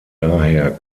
daher